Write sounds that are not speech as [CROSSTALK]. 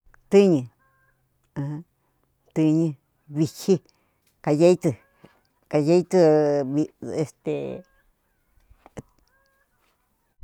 Tuñu [NOISE] tuñu vigtyi kayeitü [NOISE] kayeitü este.